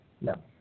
No